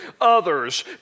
others